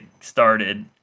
started